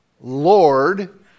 Lord